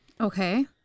Okay